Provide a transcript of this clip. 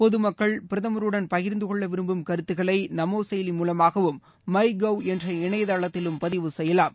பொது மக்கள் பிரதமருடன் பகிர்ந்துகொள்ள விரும்பும் கருத்துக்களை நமோ செயலி மூலமாகவும் மைகவ் என்ற இணையதளத்திலும் பதிவு செய்யலாம்